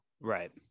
Right